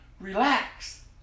Relax